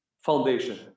foundation